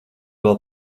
vēl